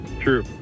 True